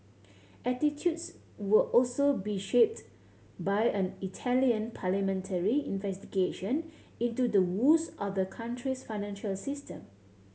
attitudes will also be shaped by an Italian parliamentary investigation into the woes of the country's financial system